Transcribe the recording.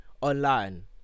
online